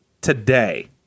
today